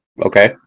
Okay